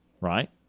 right